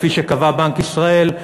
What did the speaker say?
כפי שקבע בנק ישראל,